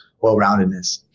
well-roundedness